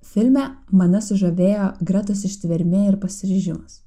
filme mane sužavėjo gretos ištvermė ir pasiryžimas